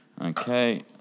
Okay